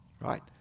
right